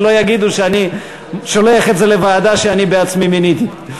שלא יגידו שאני שולח את זה לוועדה שאני בעצמי מיניתי.